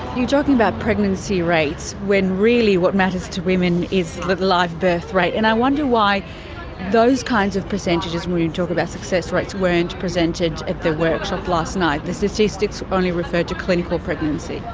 you're talking about pregnancy rates, when really what matters to women is the live birth rate, and i wonder why those kinds of percentages, when you talk about success rates, weren't presented at the workshop last night. the statistics only referred to clinical pregnancy.